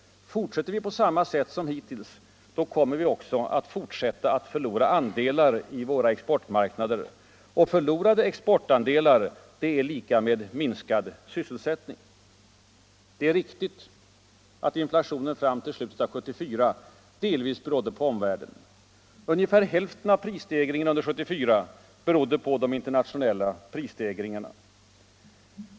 Fortsätter den på samma sätt som hittills, kommer vi också att fortsätta att förlora andelar i våra exportmarknader. Och förlorade exportandelar är lika med minskad sysselsättning. Det är riktigt att inflationen fram till slutet av 1974 delvis berodde på omvärlden. Ungefär hälften av prisstegringen under år 1974 berodde på de internationella prisstegringarna.